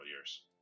years